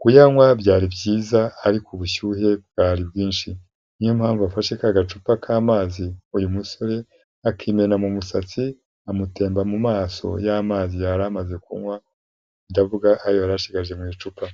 kuyanywa byari byiza ariko ubushyuhe bwari bwinshi, niyo mpamvu afashe ka gacupa k'amazi uyu musore akimena mu musatsi, amutemba mu maso, ya mazi yari amaze kunywa, ndavuga ayo yari asigaje mu icupa.